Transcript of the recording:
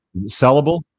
Sellable